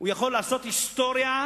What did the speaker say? הוא יכול לעשות היסטוריה,